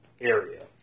area